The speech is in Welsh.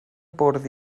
bwrdd